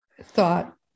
thought